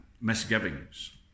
misgivings